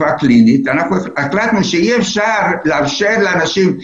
החלטנו שאי אפשר לאפשר לשנים.